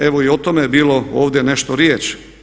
Evo i o tome je bilo ovdje nešto riječi.